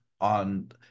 on